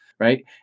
Right